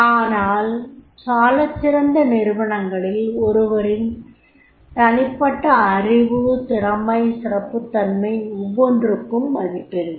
ஆனால் சாலச்சிறந்த நிறுவனங்களில் ஒவ்வொருவரின் தனிப்பட்ட அறிவு திறமை சிறப்புத் தனித்தன்மை ஒவ்வொன்றுக்கும் மதிப்பிருக்கும்